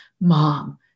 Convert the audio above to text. mom